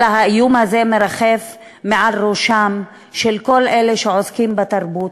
אלא האיום הזה מרחף מעל ראשם של כל אלה שעוסקים בתרבות,